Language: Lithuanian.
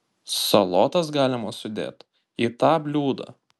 salotas galima sudėt į tą bliūdą